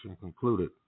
concluded